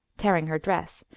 tearing her dress,